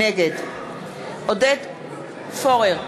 נגד עודד פורר,